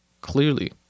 Clearly